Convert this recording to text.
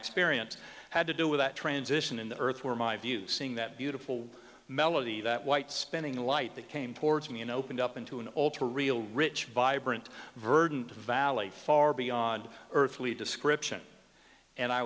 experience had to do with that transition in the earth where my view seeing that beautiful melody that white spending a light that came towards me and opened up into an all too real rich vibrant verdant valley far beyond earthly description and i